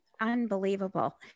Unbelievable